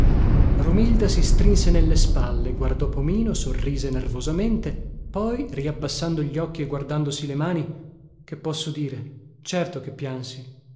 romilda si strinse nelle spalle guardò pomino sorrise nervosamente poi riabbassando gli occhi e guardandosi le mani che posso dire certo che piansi